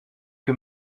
que